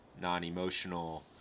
non-emotional